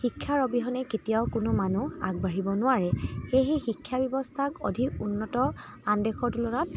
শিক্ষাৰ অবিহনে কেতিয়াও কোনো মানুহ আগবাঢ়িব নোৱাৰে সেয়েহে শিক্ষাব্যৱস্থাক অধিক উন্নত আন দেশৰ তুলনাত